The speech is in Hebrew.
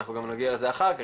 אנחנו גם נגיע לזה אחר כך.